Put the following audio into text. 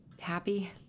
happy